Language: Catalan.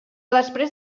després